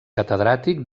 catedràtic